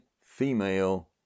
female